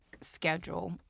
schedule